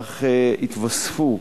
כך התווספו